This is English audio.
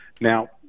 Now